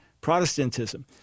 Protestantism